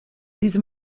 diesem